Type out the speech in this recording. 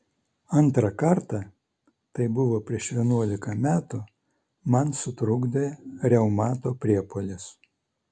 antrą kartą tai buvo prieš vienuolika metų man sutrukdė reumato priepuolis